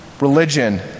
religion